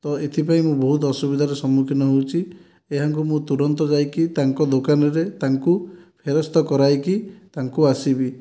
ତ ଏଥିପାଇଁ ମୁଁ ବହୁତ ଅସୁବିଧାର ସମ୍ମୁଖୀନ ହେଉଛି ଏହାଙ୍କୁ ମୁଁ ତୁରନ୍ତ ଯାଇକି ତାଙ୍କ ଦୋକାନରେ ତାଙ୍କୁ ଫେରସ୍ତ କରାଇକି ତାଙ୍କୁ ଆସିବି